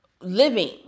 living